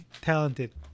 talented